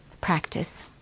practice